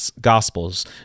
Gospels